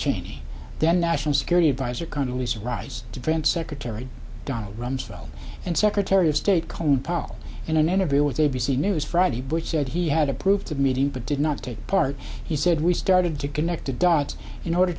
cheney then national security advisor connally's rise to france secretary donald rumsfeld and secretary of state colin powell in an interview with a b c news friday bush said he had approved the meeting but did not take part he said we started to connect the dots in order